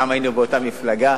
פעם היינו באותה מפלגה